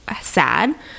sad